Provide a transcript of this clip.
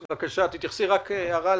רק הערה,